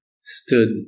stood